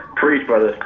preach, brother.